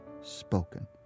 spoken